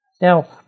Now